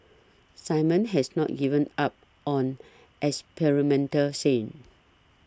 Simon has not given up on experimental thing